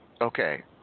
Okay